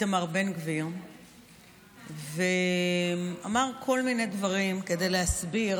איתמר בן גביר ואמר כל מיני דברים כדי להסביר